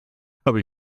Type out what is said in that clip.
habe